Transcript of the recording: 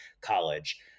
college